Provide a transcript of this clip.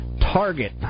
Target